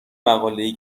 مقالهای